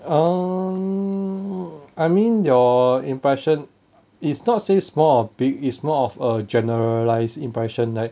oh I mean your impression is not say small or big is more of a generalized impression like